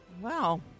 Wow